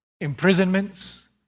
imprisonments